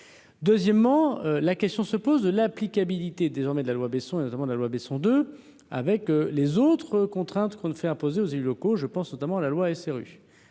Deuxièmement, la question se pose de l'applicabilité désormais de la loi Besson, et notamment de la loi Besson de avec les autres contraintes qu'on ne fait imposer aux élus locaux, je pense notamment à la loi SRU.